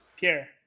Pierre